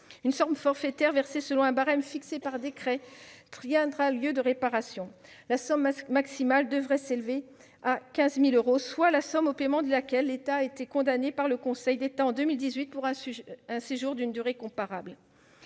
Une somme forfaitaire, versée selon un barème fixé par décret, tiendra lieu de réparation. Le montant maximal devrait ainsi s'élever à 15 000 euros pour un séjour de 1962 à 1975, soit la somme au paiement de laquelle l'État a été condamné par le Conseil d'État en 2018 pour un séjour d'une durée comparable.